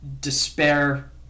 despair